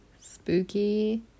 spooky